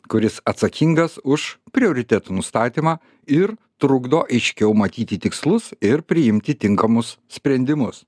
kuris atsakingas už prioritetų nustatymą ir trukdo aiškiau matyti tikslus ir priimti tinkamus sprendimus